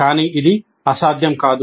కానీ అది అసాధ్యం కాదు